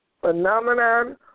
phenomenon